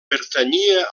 pertanyia